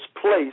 place